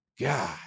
God